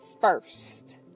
first